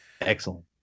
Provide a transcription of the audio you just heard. Excellent